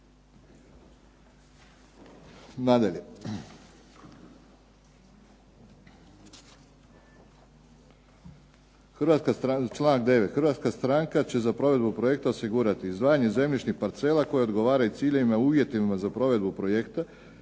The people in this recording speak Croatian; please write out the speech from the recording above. Nadalje. Članak 9. Hrvatska stranka će za provedbu projekta osigurati izdvajanje zemljišnih parcela koje odgovaraju ciljevima i uvjetima za provedbu projekta